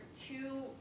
two